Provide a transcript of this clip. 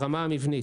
ברמה המבנית,